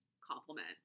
compliment